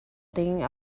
ding